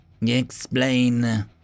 Explain